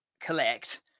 collect